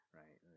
right